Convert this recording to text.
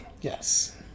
Yes